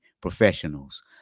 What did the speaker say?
professionals